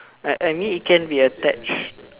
I I mean it can be attached